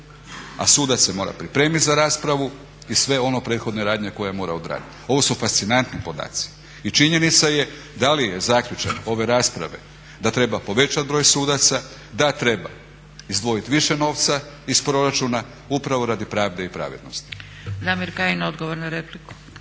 a sudac se mora pripremiti za raspravu i sve one prethodne radnje koje mora odraditi. Ovo su fascinantni podaci. I činjenica je da li je zaključak ove rasprave da treba povećati broj sudaca? Da, treba. Izdvojiti više novca iz proračuna upravo radi pravde i pravednosti.